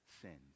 sins